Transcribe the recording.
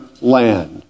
land